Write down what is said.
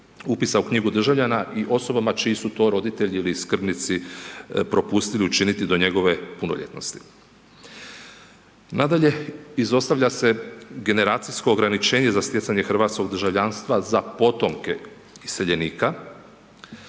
upisa u knjigu državljana i osobama čiji su to roditelji ili skrbnici propustili učiniti do njegove punoljetnosti. Nadalje, izostavlja se generacijsko ograničenje za stjecanje hrvatskog državljanstva za potomke iseljenika